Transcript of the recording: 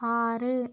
ആറ്